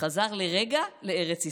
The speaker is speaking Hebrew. וחזר לרגע לארץ ישראל.